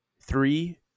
three